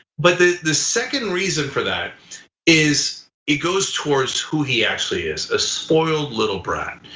but the the second reason for that is it goes towards who he actually is, a spoiled little brat.